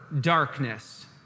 darkness